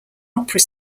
opera